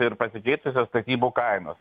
ir pasikeitusios statybų kainos